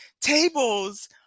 tables